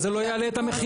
אז זה לא יעלה את המחיר?